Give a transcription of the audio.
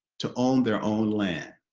to own their own land.